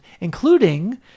including